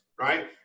right